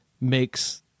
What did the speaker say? makes